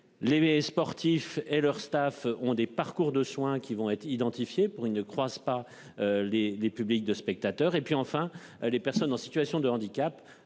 Les sportifs et leur staff ont des parcours de soins qui vont être identifié pour il ne croise pas. Les les publics de spectateurs et puis enfin les personnes en situation de handicap